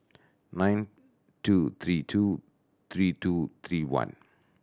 nine two three two three two three one